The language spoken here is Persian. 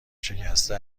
شکسته